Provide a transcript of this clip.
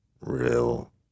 real